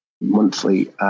monthly